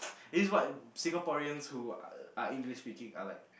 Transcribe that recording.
this is what Singaporeans who are English speaking are like